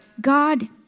God